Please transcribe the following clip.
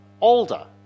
older